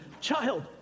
child